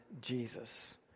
Jesus